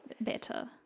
better